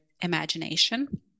imagination